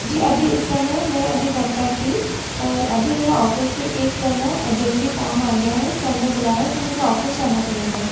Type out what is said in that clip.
जी अभी इस समय मैं अभी घर पर थी पर अभी मेरा ऑफिस से एक ना जरूरी काम आ गया है सर ने बुलाया है तो मुझे ऑफिस जाना पड़ेगा